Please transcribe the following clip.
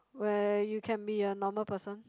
where you can be a normal person